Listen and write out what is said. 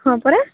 ହଁ ପରା